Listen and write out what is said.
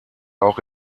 auch